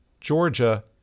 Georgia